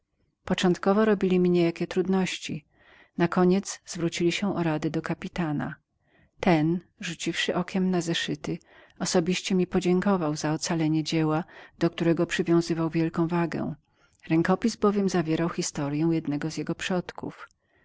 początkowo robili mi niejakie trudności na koniec zwrócili się o radę do kapitana ten rzuciwszy okiem na zeszyty osobiście mi podziękował za ocalenie dzieła do którego przywiązywał wielką wagę rękopis bowiem zawierał historię jednego z jego przodków